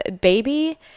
baby